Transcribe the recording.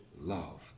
love